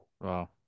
wow